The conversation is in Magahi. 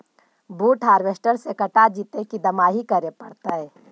बुट हारबेसटर से कटा जितै कि दमाहि करे पडतै?